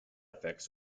effects